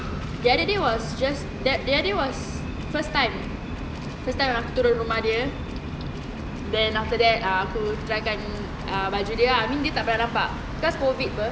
the other day was just the other day was first time first time aku turun rumah dia then after that aku try kan ah baju dia I mean dia tak pernah nampak cause COVID [pe]